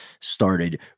started